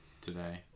today